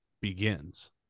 begins